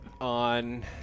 on